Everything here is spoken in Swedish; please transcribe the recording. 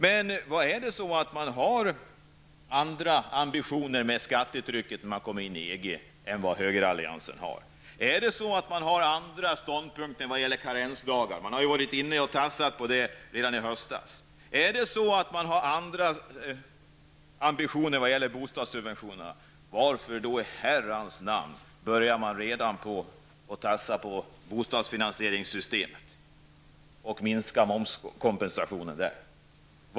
Men om man har andra ambitioner i fråga om skattetrycket än dem som högeralliansen har, andra ståndpunkter när det gäller karensdagar -- man tassade ju på det området redan i höstas -- eller om man har andra ambitioner beträffande bostadssubventionerna, varför i herrans namn börjar man redan nu att tafsa på bostadsfinansieringssystemet och minska momskompensationen? Varför?